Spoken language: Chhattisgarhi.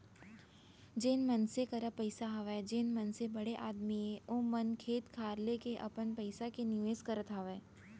जेन मनसे करा पइसा हवय जेन मनसे बड़े आदमी अय ओ मन खेत खार लेके अपन पइसा के निवेस करत हावय